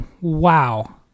wow